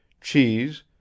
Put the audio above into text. cheese